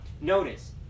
notice